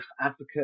advocate